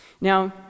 Now